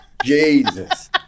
Jesus